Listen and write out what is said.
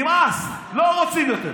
נמאס, לא רוצים יותר.